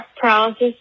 paralysis